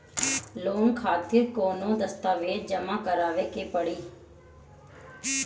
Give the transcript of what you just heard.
Loan खातिर कौनो दस्तावेज जमा करावे के पड़ी?